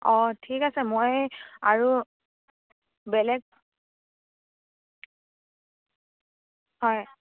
অ' ঠিক আছে মই আৰু বেলেগ হয়